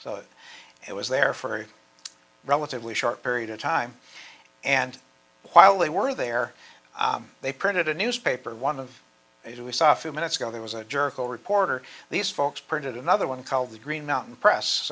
that it was there for a relatively short period of time and while they were there they printed a newspaper one of these we saw a few minutes ago there was a jerk oh reporter these folks printed another one called the green mountain press